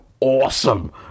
awesome